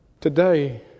Today